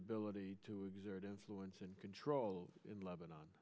ability to exert influence and control in lebanon